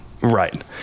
Right